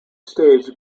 stage